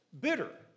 bitter